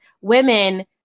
women-